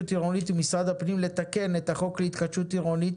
עירונית ומשרד הפנים לתקן את החוק להתחדשות עירונית,